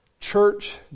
Church